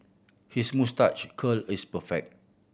his moustache curl is perfect